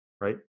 right